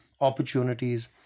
opportunities